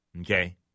okay